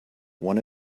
one